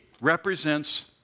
represents